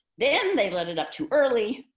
then they let it up too early,